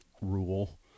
rule